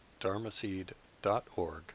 dharmaseed.org